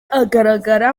agaragara